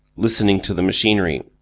listening to the machinery.